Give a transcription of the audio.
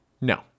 No